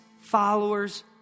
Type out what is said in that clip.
followers